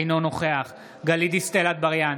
אינו נוכח גלית דיסטל אטבריאן,